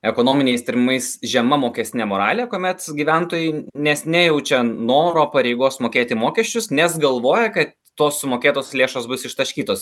ekonominiais tyrimais žema mokestinė moralė kuomet gyventojai nes nejaučia noro pareigos mokėti mokesčius nes galvoja kad tos sumokėtos lėšos bus ištaškytos